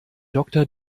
doktor